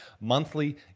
monthly